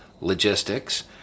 Logistics